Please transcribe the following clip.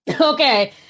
Okay